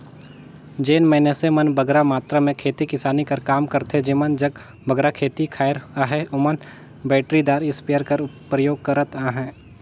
जेन मइनसे मन बगरा मातरा में खेती किसानी कर काम करथे जेमन जग बगरा खेत खाएर अहे ओमन बइटरीदार इस्पेयर कर परयोग करत अहें